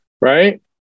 right